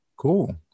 Cool